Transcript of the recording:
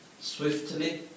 swiftly